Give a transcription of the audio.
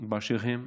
באשר הן,